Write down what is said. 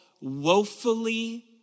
woefully